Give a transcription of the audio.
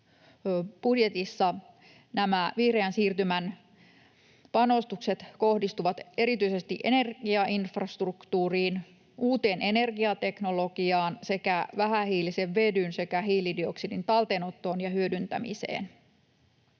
budjetissa nämä vihreän siirtymän panostukset kohdistuvat erityisesti energiainfrastruktuuriin, uuteen energiateknologiaan sekä vähähiilisen vedyn sekä hiilidioksidin talteenottoon ja hyödyntämiseen.